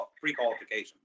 pre-qualification